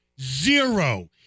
Zero